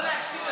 לא להקשיב,